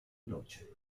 veloce